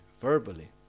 verbally